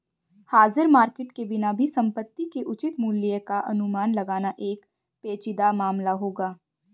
हाजिर मार्केट के बिना भी संपत्ति के उचित मूल्य का अनुमान लगाना एक पेचीदा मामला होगा